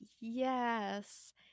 yes